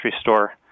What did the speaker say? store